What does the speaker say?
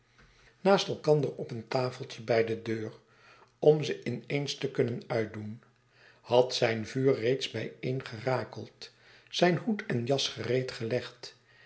naast elkander op een tafeltje bij de deur om ze in eens te kunnen uitdoen had zijn vuur reeds bijeengerakeld zyn hoed en jas